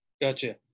Gotcha